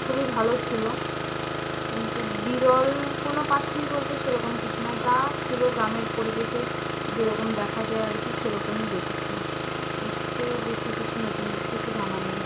খুবই ভালো ছিলো কিন্তু বিরল কোনো পাখি বলতে সেরকম কিছু না যা ছিলো গ্রামের পরিবেশের যেরকম দেখা যায় আর কি সেরকমই দেখেছি এর চেয়ে বেশি কিছু নতুন কিছু জানা নেই